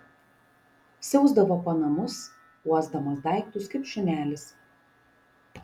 siausdavo po namus uosdamas daiktus kaip šunelis